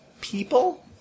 people